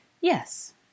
Yes